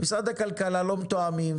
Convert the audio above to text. משרד הכלכלה לא מתואם,